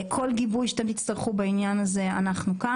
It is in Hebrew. כל גיבוי שאתם תצטרכו בעניין הזה, אנחנו כאן.